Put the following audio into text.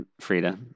Frida